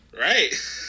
Right